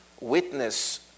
witness